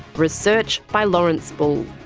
research by lawrence bull,